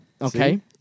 Okay